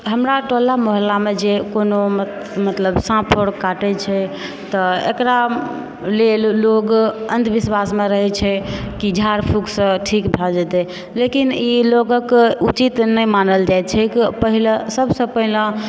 हमरा टोला मोहल्ला मे जे कोनो मतलब साँप आर काटै छै तऽ एक़रा लेल लोक अंधविश्वासमे रहै छै की झाड़ फूॅंक सॅं ठीक भए जेतै लेकिन ई लोगक उचित नहि मानल जाइ छै की पहिलक सबसे पहिलक